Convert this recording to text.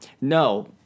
No